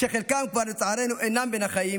וחלקם כבר לצערנו אינם בין החיים,